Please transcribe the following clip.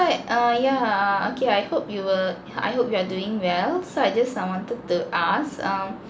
uh yeah ah okay I hope you will I hope you are doing well so I just I wanted to ask um